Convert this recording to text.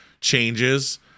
changes